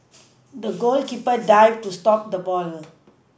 the goalkeeper dived to stop the ball